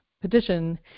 petition